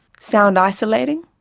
sound isolating?